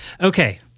Okay